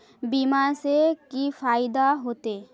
बीमा से की फायदा होते?